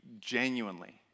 genuinely